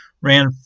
ran